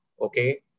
okay